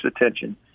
attention